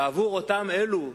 עבור אותם אלה,